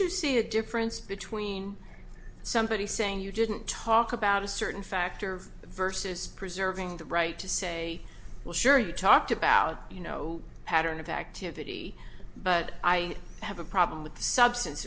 you see a difference between somebody saying you didn't talk about a certain factor versus preserving the right to say well sure you talked about you know pattern of activity but i have a problem with the substance